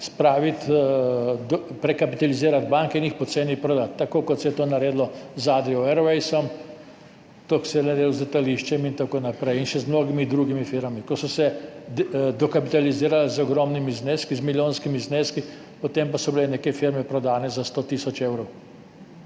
prekapitalizirati banke in jih poceni prodati, tako kot se je to naredilo z Adrio Airways, tako se je naredilo z letališčem in tako naprej in še z mnogimi drugimi firmami, ki so se dokapitalizirale z ogromnimi zneski, z milijonskimi zneski, potem pa so bile neke firme prodane za 100 tisoč evrov.